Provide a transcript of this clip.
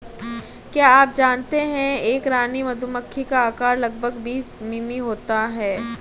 क्या आप जानते है एक रानी मधुमक्खी का आकार लगभग बीस मिमी होता है?